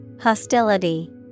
Hostility